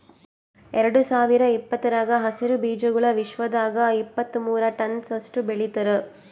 ಎರಡು ಸಾವಿರ ಇಪ್ಪತ್ತರಾಗ ಹಸಿರು ಬೀಜಾಗೋಳ್ ವಿಶ್ವದಾಗ್ ಇಪ್ಪತ್ತು ಮೂರ ಟನ್ಸ್ ಅಷ್ಟು ಬೆಳಿತಾರ್